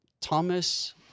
Thomas